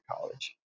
college